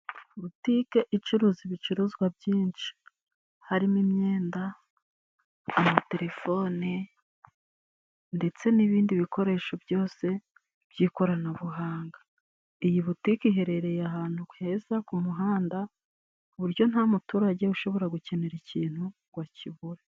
Butike icuruza ibicuruzwa byinshi. Harimo imyenda, amatelefone ndetse n'ibindi bikoresho byose by'ikoranabuhanga. Iyi butike iherereye ahantu heza ku muhanda, ku buryo nta muturage ushobora gukenera ikintu ngo akibure.